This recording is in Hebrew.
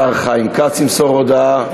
השר חיים כץ ימסור את ההודעה,